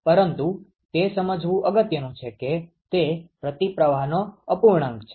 પરંતુ તે સમજવું અગત્યનું છે કે તે પ્રતિપ્રવાહનો અપૂર્ણાંક છે